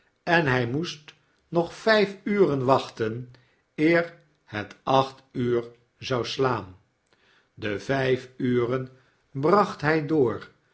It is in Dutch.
en hy moest nog vtjfuren wachten eer het acht uur zou slaan de vijf uren bracht hg door